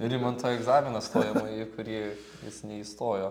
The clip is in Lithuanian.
rimanto egzaminą stojamąjį į kurį jis neįstojo